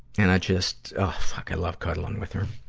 and i just oh fuck, i love cuddling with her!